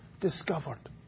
discovered